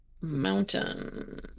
mountain